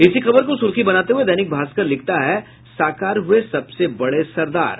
इसी खबर को सुर्खी बनाते हुये दैनिक भास्कर लिखता है साकार हुये सबसे बड़े सरदार